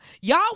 Y'all